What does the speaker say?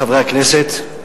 חברי הכנסת,